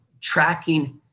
tracking